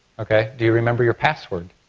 ok. do you remember your password?